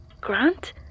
Grant